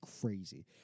crazy